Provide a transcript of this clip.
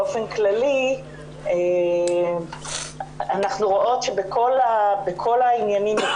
באופן כללי אנחנו רואות שבכל העניינים,